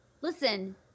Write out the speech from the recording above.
Listen